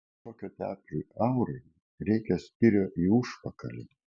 šokio teatrui aurai reikia spyrio į užpakalį